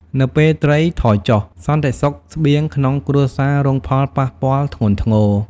នៅពេលត្រីថយចុះ សន្តិសុខស្បៀងក្នុងគ្រួសាររងផលប៉ះពាល់ធ្ងន់ធ្ងរ។